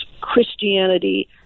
Christianity